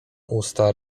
usta